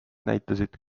näitasid